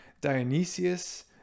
dionysius